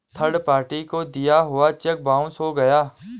third party का दिया हुआ चेक बाउंस हो गया